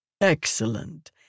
Excellent